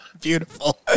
Beautiful